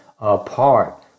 apart